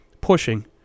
pushing